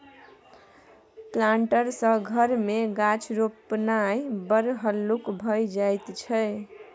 planter सँ घर मे गाछ रोपणाय बड़ हल्लुक भए जाइत छै